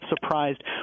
surprised